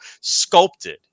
sculpted